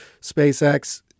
SpaceX